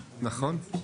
נכון.